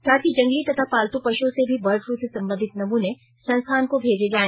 साथ ही जंगली तथा पालतू पशुओं से भी बर्ड फ्लू से संबंधित नमूने संस्थान को भेजा जाय